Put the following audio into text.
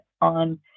on